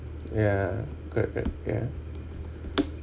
ya correct correct ya